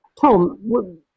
Tom